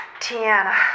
Tiana